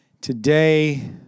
Today